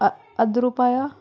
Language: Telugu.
ఆ అర్ధరూపాయ